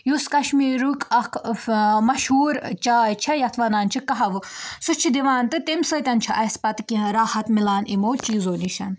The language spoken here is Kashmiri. یُس کَشمیٖرُک اَکھ مشہوٗر چاے چھےٚ یَتھ وَنان چھِ کَہوٕ سُہ چھِ دِوان تہٕ تمہِ سۭتۍ چھُ اَسہِ پَتہٕ کینٛہہ راحت مِلان یِمو چیٖزو نِش